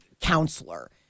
counselor